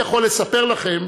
הוא יכול לספר לכם